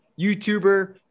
YouTuber